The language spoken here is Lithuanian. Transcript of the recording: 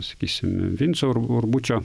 sakysim vinco ur urbučio